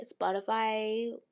Spotify